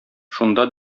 шунда